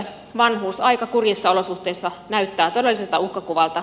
vanhuus aika kurjissa olosuhteissa näyttää todelliselta uhkakuvalta